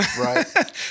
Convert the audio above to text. Right